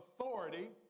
authority